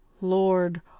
Lord